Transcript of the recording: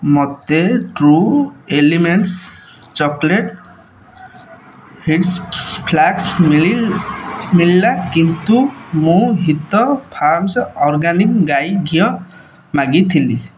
ମୋତେ True Elements chocolate wheat flakes ମିଳିଲା କିନ୍ତୁ ମୁଁ ହିତ ଫାର୍ମସ୍ ଅର୍ଗାନିକ୍ ଗାଇ ଘିଅ ମାଗିଥିଲି